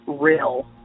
real